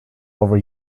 over